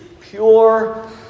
pure